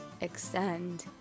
extend